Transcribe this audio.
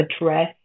address